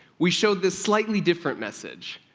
we showed this slightly different message,